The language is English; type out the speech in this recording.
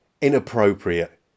inappropriate